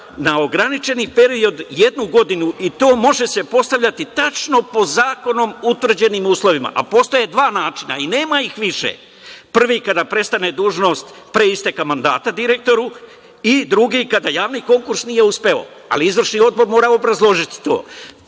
na ograničeni period, jednu godinu, i to može se postavljati tačno po zakonom utvrđenim uslovima, a postoje dva načina i nema ih više – prvi, kada prestane dužnost pre isteka mandata direktoru i drugi, kada javni konkurs nije uspeo, ali izvršni odbor mora obrazložiti to.